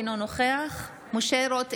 אינו נוכח משה רוט,